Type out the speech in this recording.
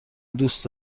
دوست